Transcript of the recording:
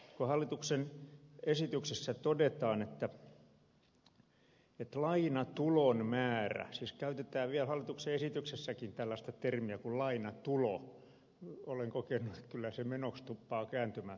kun hallituksen esityksessä todetaan että lainatulon määrä siis käytetään vielä hallituksen esityksessäkin tällaista termiä kuin lainatulo vaikka olen kokenut että kyllä se menoksi tuppaa kääntymään